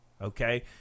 Okay